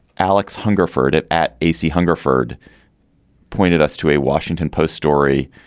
alex hungerford it at ac hungerford pointed us to a washington post story.